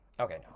Okay